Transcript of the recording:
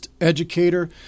educator